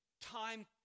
time